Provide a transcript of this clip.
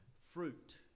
fruit